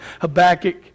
Habakkuk